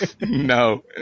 no